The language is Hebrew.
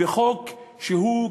בחוק שהוא,